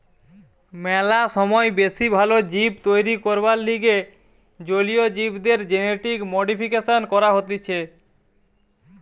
ম্যালা সময় বেশি ভাল জীব তৈরী করবার লিগে জলীয় জীবদের জেনেটিক মডিফিকেশন করা হতিছে